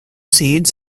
seeds